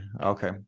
okay